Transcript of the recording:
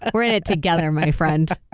we're in it together, my friend.